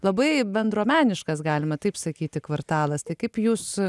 labai bendruomeniškas galima taip sakyti kvartalas tai kaip jūs